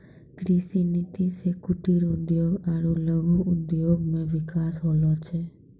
कृषि नीति से कुटिर उद्योग आरु लघु उद्योग मे बिकास होलो छै